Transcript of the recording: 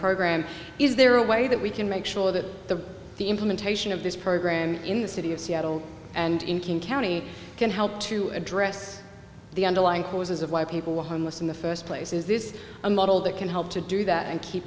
program is there a way that we can make sure that the the implementation of this program in the city of seattle and in king county can help to address the underlying causes of why people were homeless in the first place is this a model that can help to do that and keep